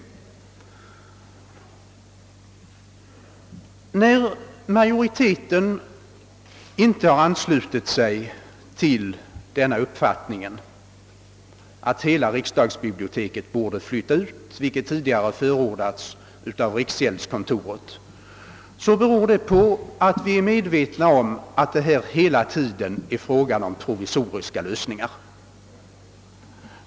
Att vi inom majoriteten inte anslutit oss till uppfattningen att hela riksdagsbiblioteket borde flyttas ut från riksdaghuset — en sådan total utflyttning har ju tidigare förordats av riksgäldsfullmäktige — beror på att vi är medvetna om att det hela tiden är fråga om provisoriska lösningar.